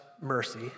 mercy